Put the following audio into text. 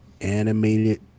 animated